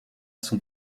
son